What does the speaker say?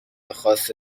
خاص